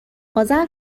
اذر